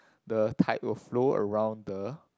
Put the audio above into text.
the tide will flow around the